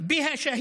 שיש בה שהיד,